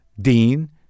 Dean